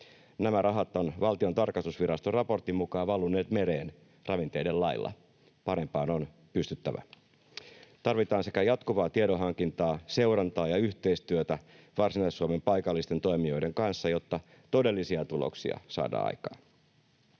Nämä rahat ovat Valtion tarkastusviraston raportin mukaan valuneet mereen ravinteiden lailla. Parempaan on pystyttävä. Tarvitaan jatkuvaa tiedonhankintaa ja seurantaa sekä yhteistyötä Varsinais-Suomen paikallisten toimijoiden kanssa, jotta todellisia tuloksia saadaan aikaan.